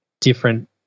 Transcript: different